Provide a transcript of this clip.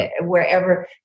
wherever